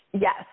Yes